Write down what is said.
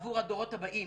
עבור הדורות הבאים.